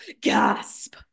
gasp